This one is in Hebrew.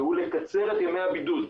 והן לקצר את ימי הבידוד.